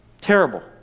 Terrible